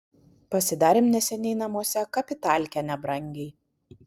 pasidarėm neseniai namuose kapitalkę nebrangiai